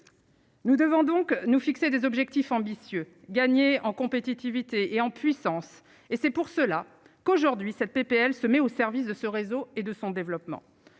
Nous devons donc nous fixer des objectifs ambitieux : gagner en compétitivité et en puissance et c'est pour cela qu'aujourd'hui cette PPL se met au service de ce réseau et de son développement,